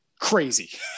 crazy